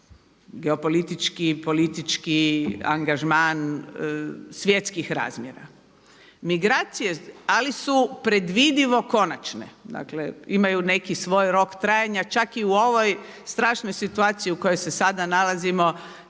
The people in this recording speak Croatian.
geopolitički i politički angažman svjetskih razmjera, ali su predvidivo konačne. Dakle, imaju neki svoj rok trajanja čak i u ovoj strašnoj situaciji u kojoj se sada nalazimo